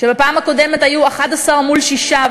שבפעם הקודמת היו 11 מול שישה,